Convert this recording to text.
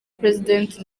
president